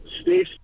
Steve